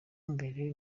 mbere